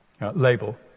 label